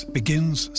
begins